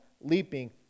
leaping